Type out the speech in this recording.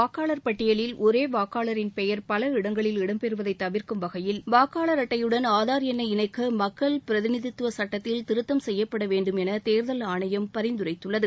வாக்காளர் பட்டியலில் ஒரே வாக்களாரின் பெயர் பல இடங்களில் இடம்பெறுவதை தவிர்க்கும் வகையில் வாக்காளர் அட்டையுடன் ஆதார் எண்ணை இணைக்க மக்கள் பிரதிநிதித்துவ சட்டத்தில் திருத்தம் செய்யப்பட வேண்டும் என தேர்தல் ஆணையம் பரிந்துரைத்துள்ளது